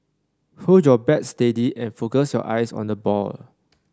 hold your bat steady and focus your eyes on the ball